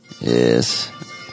Yes